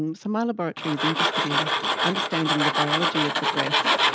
and so my laboratory is interested in understanding the biology of the breast,